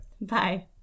bye